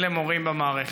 אלה מורים במערכת.